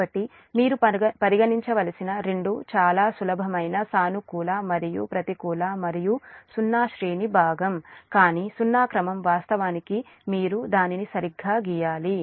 కాబట్టి మీరు పరిగణించవలసిన రెండు చాలా సులభమైన సానుకూల మరియు ప్రతికూల మరియు సున్నా శ్రేణి భాగం కానీ సున్నా క్రమం వాస్తవానికి మీరు దానిని సరిగ్గా గీయాలి